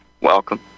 welcome